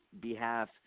behalf